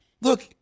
look